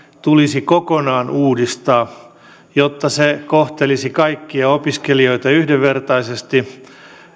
tulisi kokonaan uudistaa jotta se kohtelisi kaikkia opiskelijoita yhdenvertaisesti